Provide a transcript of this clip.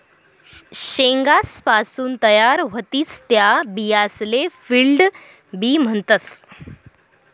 शेंगासपासून तयार व्हतीस त्या बियासले फील्ड बी म्हणतस